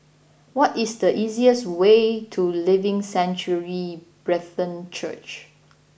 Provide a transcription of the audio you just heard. what is the easiest way to Living Sanctuary Brethren Church